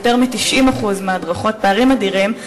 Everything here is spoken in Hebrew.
פערים אדירים.